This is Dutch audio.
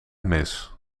mis